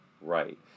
right